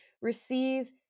receive